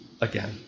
again